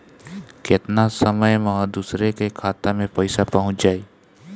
केतना समय मं दूसरे के खाता मे पईसा पहुंच जाई?